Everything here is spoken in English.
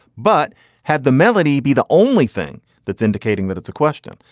but had the melody be the only thing that's indicating that it's a question.